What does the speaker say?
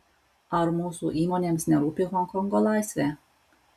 ar mūsų įmonėms nerūpi honkongo laisvė